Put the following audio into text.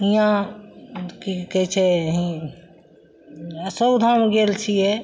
हियाँ की कहय छै अशोक धाम गेल छियै